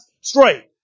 straight